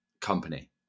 company